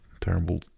terrible